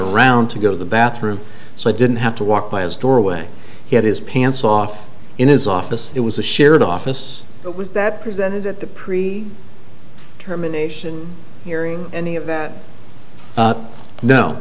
little round to go to the bathroom so i didn't have to walk by as doorway he had his pants off in his office it was a shared office but was that presented at the pre determination hearing any of that